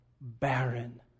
barren